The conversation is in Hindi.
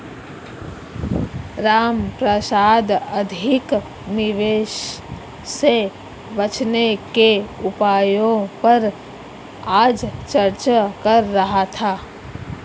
रामप्रसाद अधिक निवेश से बचने के उपायों पर आज चर्चा कर रहा था